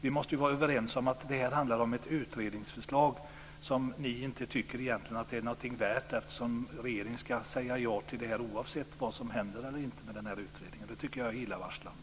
Vi måste vara överens om att det handlar om ett utredningsförslag som ni inte tycker är något värt. Regeringen ska ju säga ja till att Heby överförs till Uppsala län oavsett vad som händer med utredningen. Det tycker jag är illavarslande.